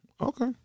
Okay